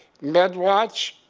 medwatch,